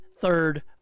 third